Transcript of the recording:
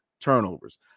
turnovers